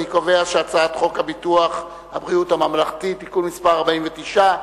אני קובע שחוק ביטוח בריאות ממלכתי (תיקון מס' 49),